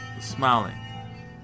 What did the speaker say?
smiling